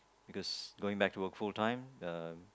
because going back to work full time